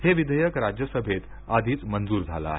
हे विधेयक राज्यसभेत आधीच मंजूर झालं आहे